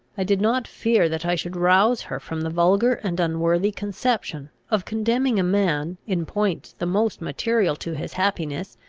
i did not fear that i should rouse her from the vulgar and unworthy conception, of condemning a man, in points the most material to his happiness,